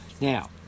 Now